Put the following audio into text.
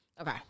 Okay